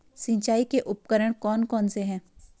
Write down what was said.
सिंचाई के उपकरण कौन कौन से हैं?